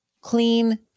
clean